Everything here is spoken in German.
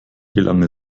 gelang